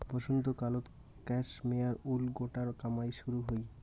বসন্তকালত cashmere wool গোটার কামাই শুরু হই